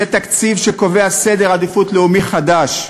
זה תקציב שקובע סדר עדיפויות לאומי חדש.